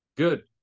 Good